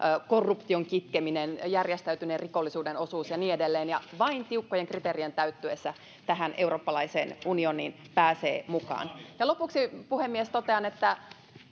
korruption kitkeminen järjestäytyneen rikollisuuden osuus ja niin edelleen vain tiukkojen kriteerien täyttyessä tähän eurooppalaiseen unioniin pääsee mukaan lopuksi puhemies totean että